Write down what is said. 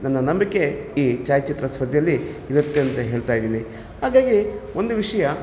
ನನ್ನ ನಂಬಿಕೆ ಈ ಛಾಯಾಚಿತ್ರ ಸ್ಪರ್ಧೆಯಲ್ಲಿ ಇರುತ್ತೆ ಅಂತ ಹೇಳ್ತಾ ಇದೀನಿ ಹಾಗಾಗಿ ಒಂದು ವಿಷಯ